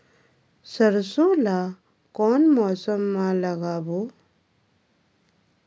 सरसो ला कोन मौसम मा लागबो?